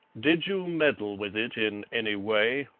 did you meddle with it in any way?